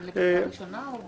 זה לקריאה ראשונה או בכלל?